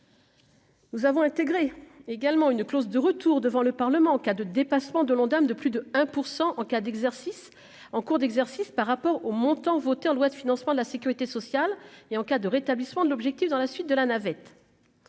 Nous avons intégré également une clause de retour devant le Parlement, en cas de dépassement de l'Ondam de plus de 1 % en cas d'exercice en cours d'exercice par rapport au montant voté en loi de financement de la Sécurité sociale et, en cas de rétablissement de l'objectif dans la suite de la navette.